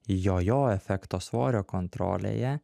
jojo efekto svorio kontrolėje